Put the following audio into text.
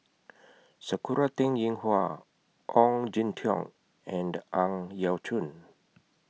Sakura Teng Ying Hua Ong Jin Teong and Ang Yau Choon